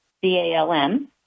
C-A-L-M